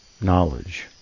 Knowledge